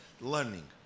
learning